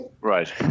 Right